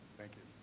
thank you.